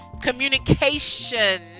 communication